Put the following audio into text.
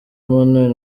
emmanuel